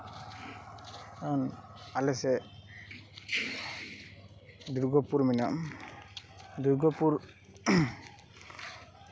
ᱩᱸᱜ ᱟᱞᱮ ᱥᱮᱡ ᱫᱩᱨᱜᱟᱹᱯᱩᱨ ᱢᱮᱱᱟᱜᱼᱟ ᱫᱩᱨᱜᱟᱹᱯᱩᱨ